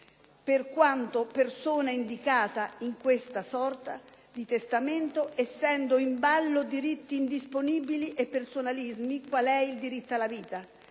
per quanto persona indicata in questa sorta di testamento, essendo in ballo diritti indisponibili e personalismi quale il diritto alla vita.